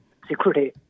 security